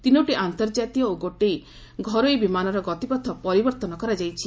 ତିନୋଟି ଆନ୍ତର୍ଜାତୀୟ ଓ ଗୋଟିଏ ଘରୋଇ ବିମାନର ଗତିପଥ ପରିବର୍ତ୍ତନ କରାଯାଇଛି